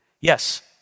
Yes